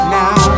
now